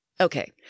Okay